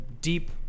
deep